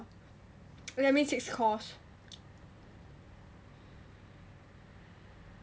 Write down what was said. oh yeah means six course